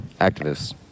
activists